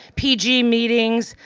pg meetings,